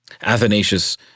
Athanasius